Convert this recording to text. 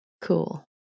Cool